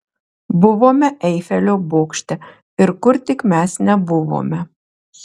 buvome eifelio bokšte ir kur tik mes nebuvome